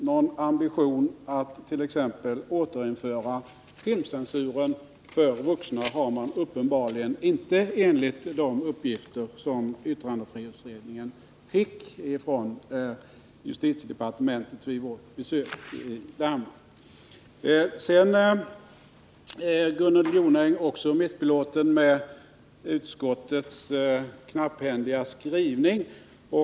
Någon ambition att t.ex. återinföra filmcensuren för vuxna har man uppenbarligen inte enligt de uppgifter som vi inom yttrandefrihetsutredningen fick från justitiedepartementet vid vårt besök i Danmark. Gunnel Jonäng är missbelåten med utskottets knapphändiga skrivning.